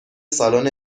سالن